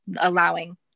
allowing